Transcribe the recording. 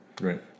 Right